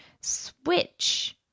Switch